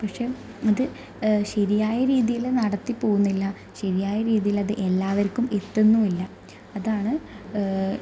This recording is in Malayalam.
പക്ഷേ ഇത് ശരിയായ രീതിയിൽ നടത്തിപ്പോകുന്നില്ല ശരിയായ രീതീലത് എല്ലാവർക്കും എത്തുന്നുല്ല അതാണ്